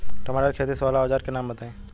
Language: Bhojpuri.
टमाटर के खेत सोहेला औजर के नाम बताई?